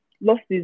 Losses